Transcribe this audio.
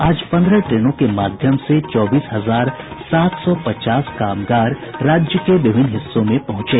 आज पन्द्रह ट्रेनों के माध्यम से चौबीस हजार सात सौ पचास कामगार राज्य के विभिन्न हिस्सों में पहुंचे